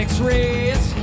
X-rays